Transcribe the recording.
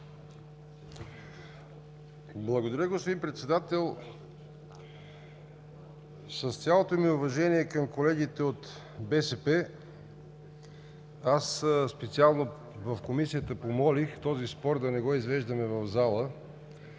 Благодаря, господин Председател. С цялото ми уважение към колегите от БСП, аз специално в Комисията помолих този спор да не го извеждаме в залата,